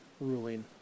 ruling